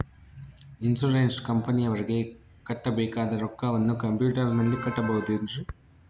Insurance ಕಂಪನಿಯವರಿಗೆ ಕಟ್ಟಬೇಕಾದ ರೊಕ್ಕವನ್ನು ಕಂಪ್ಯೂಟರನಲ್ಲಿ ಕಟ್ಟಬಹುದ್ರಿ?